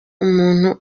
umuntu